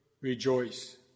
rejoice